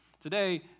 Today